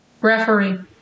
referee